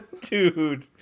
Dude